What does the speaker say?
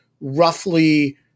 roughly